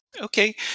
Okay